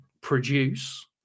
produce